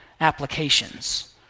applications